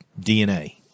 DNA